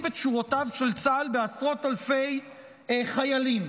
היום את שורותיו של צה"ל בעשרות אלפי חיילים,